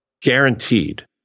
Guaranteed